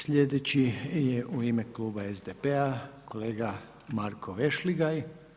Sljedeći je u ime kluba SDP-a kolega Marko Vešligaj.